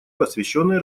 посвященной